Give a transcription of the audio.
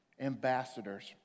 ambassadors